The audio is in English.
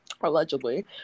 allegedly